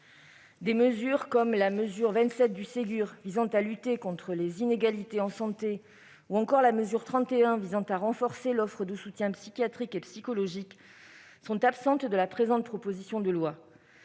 et les CSIRMT. La mesure 27 du Ségur visant à lutter contre les inégalités en santé, ou encore la mesure 31 visant à renforcer l'offre de soutien psychiatrique et psychologique, entre autres, sont absentes de la présente proposition de loi.